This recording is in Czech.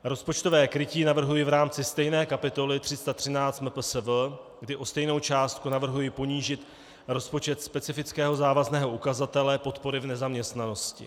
Rozpočtové krytí navrhuji v rámci stejné kapitoly 313 MPSV, kdy o stejnou částku navrhuji ponížit rozpočet specifického závazného ukazatele podpory v nezaměstnanosti.